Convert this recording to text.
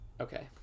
okay